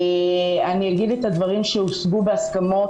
אני אגיד את הדברים שהושגו בהסכמות,